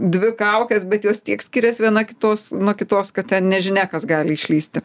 dvi kaukes bet jos tiek skiriasi viena kitos nuo kitos kad ten nežinia kas gali išlįsti